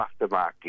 aftermarket